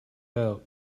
out